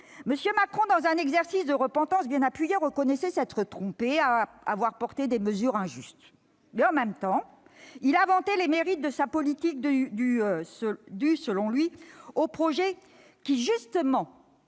M. Macron, dans un exercice de repentance bien appuyé, reconnaissait s'être trompé, avoir porté des mesures injustes. Mais, en même temps, il vantait les mérites de sa politique, dus, selon lui, au projet qui a justement